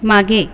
मागे